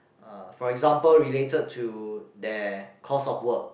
uh for example related to their course of work